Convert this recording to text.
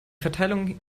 verteilung